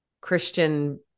Christian